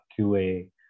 QA